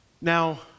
Now